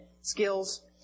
skills